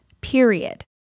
period